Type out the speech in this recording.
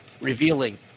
revealing